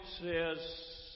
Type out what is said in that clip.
says